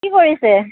কি কৰিছে